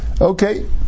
Okay